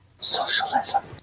Socialism